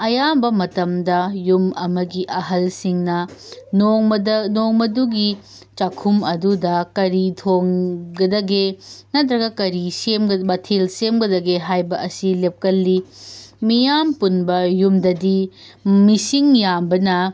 ꯑꯌꯥꯝꯕ ꯃꯇꯝꯗ ꯌꯨꯝ ꯑꯃꯒꯤ ꯑꯍꯜꯁꯤꯡꯅ ꯅꯣꯡꯃꯗ ꯅꯣꯡꯃꯗꯨꯒꯤ ꯆꯥꯛꯈꯨꯝ ꯑꯗꯨꯗ ꯀꯔꯤ ꯊꯣꯡꯒꯗꯒꯦ ꯅꯠꯇ꯭ꯔꯒ ꯀꯔꯤ ꯃꯊꯦꯜ ꯁꯦꯝꯒꯗꯒꯦ ꯍꯥꯏꯕ ꯑꯁꯤ ꯂꯦꯞꯀꯜꯂꯤ ꯃꯤꯌꯥꯝ ꯄꯨꯟꯕ ꯌꯨꯝꯗꯗꯤ ꯃꯤꯁꯤꯡ ꯌꯥꯝꯕꯅ